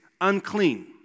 unclean